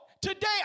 today